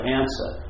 answer